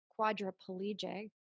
quadriplegic